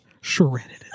Shredded